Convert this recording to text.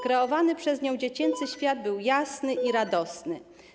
Kreowany przez nią dziecięcy świat był jasny i radosny.